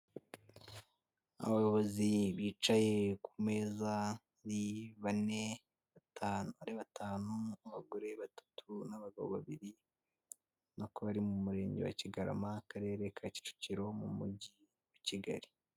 Abayobozi bicaye ku meza bane ari batanu abagore batatu n'abagabo babiri ubona ko bari mu murenge wa Kigarama akarere ka Kicukiro mu mujyi wa Kigali.